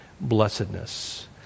blessedness